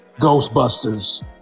Ghostbusters